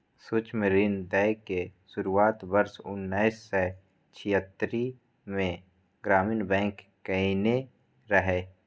सूक्ष्म ऋण दै के शुरुआत वर्ष उन्नैस सय छिहत्तरि मे ग्रामीण बैंक कयने रहै